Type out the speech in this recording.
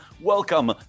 welcome